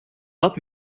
dat